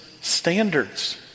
standards